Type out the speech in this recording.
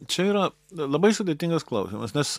čia yra labai sudėtingas klausimas nes